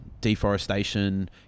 deforestation